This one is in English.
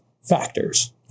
factors